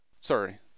Sorry